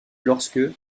lorsque